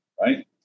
right